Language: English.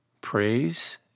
Praise